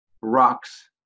rocks